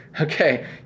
okay